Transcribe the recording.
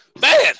man